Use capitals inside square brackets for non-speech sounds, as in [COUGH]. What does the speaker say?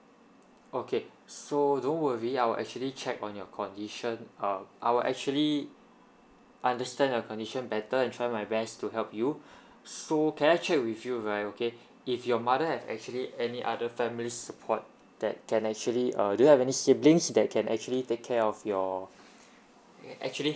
okay so don't worry I will actually check on your condition uh I'll actually understand your condition better and try my best to help you [BREATH] so can I check with you right okay if your mother have actually any other family support that can actually uh do you have any siblings that can actually take care of your [BREATH] actually